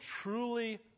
truly